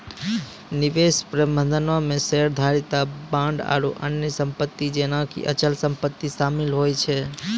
निवेश प्रबंधनो मे शेयरधारिता, बांड आरु अन्य सम्पति जेना कि अचल सम्पति शामिल होय छै